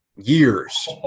Years